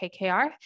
KKR